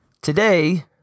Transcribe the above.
Today